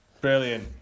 Brilliant